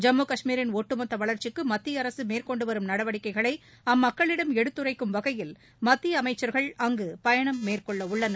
ஜம்மு காஷ்மீரின் ஒட்டுமொத்த வளர்ச்சிக்கு மத்திய அரசு மேற்கொண்டுவரும் நடவடிக்கைகளை அம்மக்களிடம் எடுத்துரைக்கும் வகையில் மத்திய அமைச்சர்கள் அங்கு பயணம் மேற்கொள்ளவுள்ளனர்